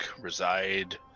reside